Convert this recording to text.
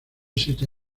siete